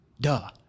Duh